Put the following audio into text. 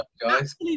guys